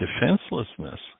defenselessness